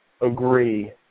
agree